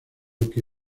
que